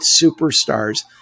superstars